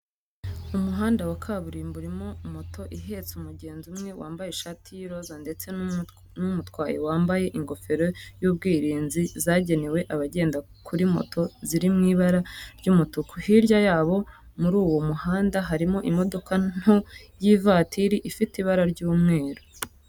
Umuhanda wa kaburimbo urimo moto ihetse umugenzi umwe wambaye ishati y'iroza ndetse we n'umutwaye bambaye ingofero z'ubwirinzi zagenewe abagenda kuri moto ziri mu ibara ry'umutuku. Hirya yabo muri uwo muhanda harimo imodoka nto y'ivatiri ifite ibara ry'umweru.